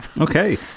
Okay